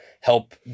help